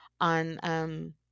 on